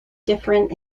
different